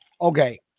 Okay